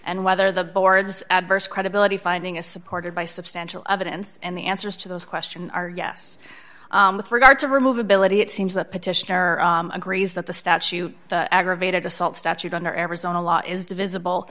and whether the board's adverse credibility finding is supported by substantial evidence and the answers to those question are yes with regard to remove ability it seems the petitioner agrees that the statute aggravated assault statute under everson a law is divisible